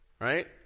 right